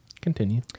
continue